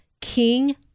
King